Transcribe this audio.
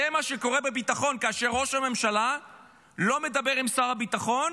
זה מה שקורה בביטחון כאשר ראש הממשלה לא מדבר עם שר הביטחון,